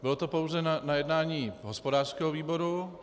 Bylo to pouze na jednání hospodářského výboru.